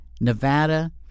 Nevada